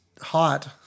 hot